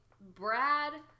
Brad